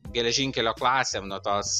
geležinkelio klasėm nuo tos